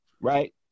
right